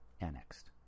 annexed